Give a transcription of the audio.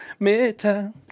midtown